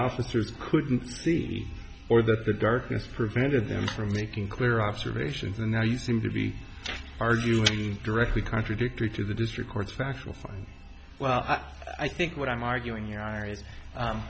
officers couldn't see or that the darkness prevented them from making clear observations and now you seem to be arguing directly contradictory to the district court factual well i think what i'm arguing your h